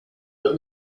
but